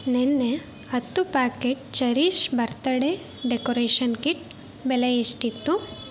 ನೆನ್ನೆ ಹತ್ತು packet cherish birthday decoration kit ಬೆಲೆ ಎಷ್ಟಿತ್ತು